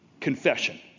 Confession